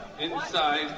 Inside